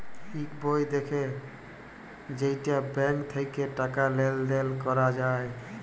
ইক বই দেয় যেইটা ব্যাঙ্ক থাক্যে টাকা লেলদেল ক্যরা যায়